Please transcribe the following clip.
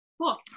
Cool